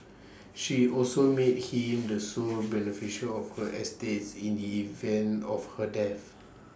she also made him the sole beneficiary of her estate in the event of her death